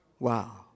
Wow